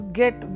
get